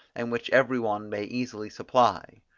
and which every one may easily supply.